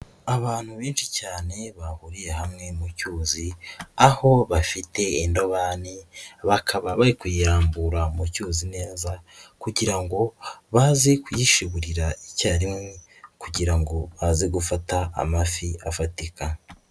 Abantu benshi cyane bahuriye hamwe mu cyuzi, aho bafite indobani bakaba bari kuyirambura mu cyuzi neza kugira ngo baze kuyishiburira icya rimwe kugira ngo baze gufata amafi afatika.